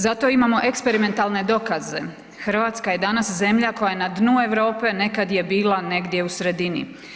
Zato imamo eksperimentalne dokaze, Hrvatska je danas zemlja koja je na dnu Europe, a nekad je bila negdje u sredini.